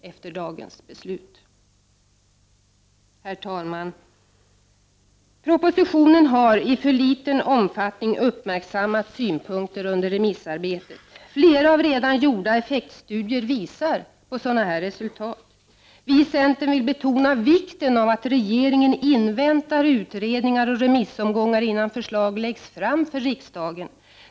Herr talman! Propositionen har i för liten omfattning uppmärksammat synpunkter under remissarbetet. Flera av redan gjorda effektstudier visar på sådana resultat. Vi i centern vill betona vikten av att regeringen inväntar utredningar och remissomgångar innan förslag läggs fram för riksdagen.